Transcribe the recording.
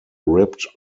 ripped